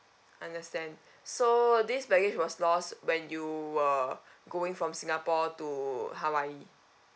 understand so this baggage was lost when you were going from singapore to hawaii